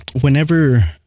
whenever